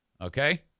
Okay